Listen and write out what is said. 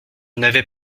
n’avais